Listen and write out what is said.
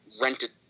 rented